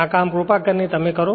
આ કામ કૃપા કરીને તમે કરો